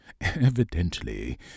Evidently